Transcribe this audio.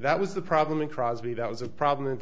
that was the problem in crosby that was a problem